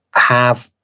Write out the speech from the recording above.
have,